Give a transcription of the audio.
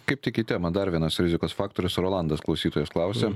kaip tik į temą dar vienas rizikos faktorius rolandas klausytojas klausia